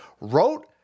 wrote